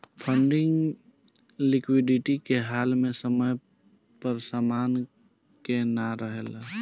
funding liquidity के हाल में समय पर समान के ना रेहला